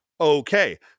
Okay